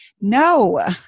No